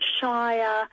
Shire